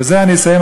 בזה אני אסיים,